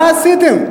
מה עשיתם?